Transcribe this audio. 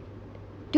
do